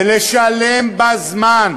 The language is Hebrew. ולשלם בזמן,